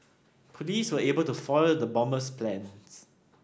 police were able to foil the bomber's plans